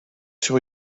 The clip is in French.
sur